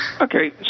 Okay